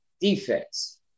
Defense